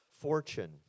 fortune